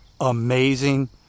amazing